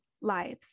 lives